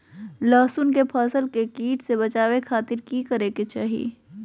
लहसुन के फसल के कीट से बचावे खातिर की करे के चाही?